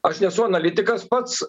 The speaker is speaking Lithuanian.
aš nesu analitikas pats